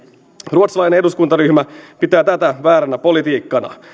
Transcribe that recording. ruotsalainen eduskuntaryhmä pitää tätä vääränä politiikkana